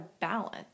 balance